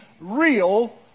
real